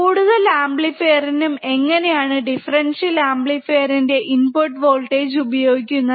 കൂടുതൽ അമ്പ്ലിഫീർ നും എങ്ങനെ ആണ് ദിഫ്ഫെരെന്റ്റ്യൽ അമ്പ്ലിഫീർൻറെ ഇൻപുട് വോൾടേജ് ഉപയോഗിക്കുന്നത്